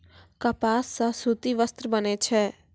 कपास सॅ सूती वस्त्र बनै छै